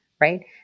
right